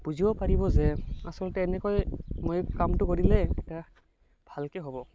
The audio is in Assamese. বুজিব পাৰিব যে আছলতে এনেকৈ মই কামটো কৰিলে ভালকৈ হ'ব